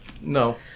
No